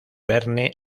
verne